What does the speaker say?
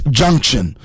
junction